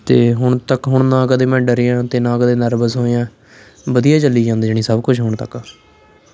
ਅਤੇ ਹੁਣ ਤੱਕ ਹੁਣ ਨਾ ਕਦੇ ਮੈਂ ਡਰਿਆ ਅਤੇ ਨਾ ਕਦੇ ਨਰਵਿਸ ਹੋਇਆ ਵਧੀਆ ਚੱਲੀ ਜਾਂਦਾ ਜਾਣੀ ਸਭ ਕੁਛ ਹੁਣ ਤੱਕ